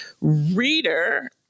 reader